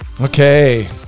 Okay